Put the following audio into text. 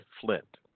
Flint